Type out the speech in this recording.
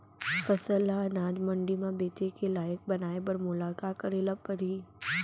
फसल ल अनाज मंडी म बेचे के लायक बनाय बर मोला का करे ल परही?